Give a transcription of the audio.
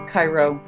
Cairo